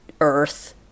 earth